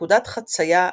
בנקודת חציה טבעית,